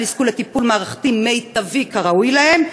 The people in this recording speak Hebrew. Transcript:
יזכו לטיפול מערכתי מיטבי כראוי להם,